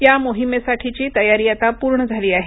या मोहिमेसाठीची तयारी आता पूर्ण झाली आहे